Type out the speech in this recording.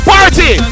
Party